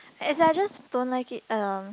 as in I just don't like it um